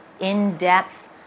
in-depth